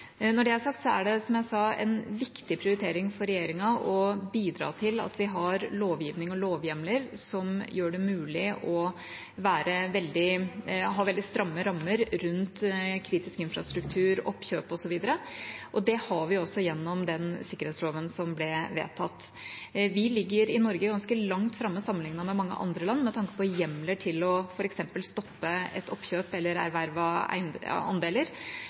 Når det er sagt, er det, som jeg sa, en viktig prioritering for regjeringa å bidra til at vi har lovgivning og lovhjemler som gjør det mulig å ha veldig stramme rammer rundt kritisk infrastruktur, oppkjøp osv., og det har vi også gjennom den sikkerhetsloven som ble vedtatt. Vi ligger i Norge ganske langt framme sammenlignet med mange andre land med tanke på hjemler til f.eks. å stoppe et oppkjøp eller